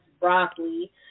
broccoli